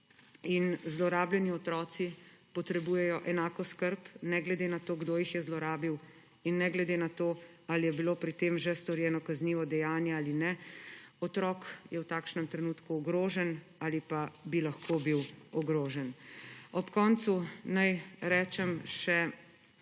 in zlorabljeni otroci potrebujejo enako skrb ne glede na to, kdo jih je zlorabil, in ne glede na to, ali je bilo pri tem že storjeno kaznivo dejanje ali ne. Otrok je v takšnem trenutku ogrožen ali pa bi lahko bil ogrožen. Ob koncu naj rečem še